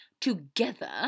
together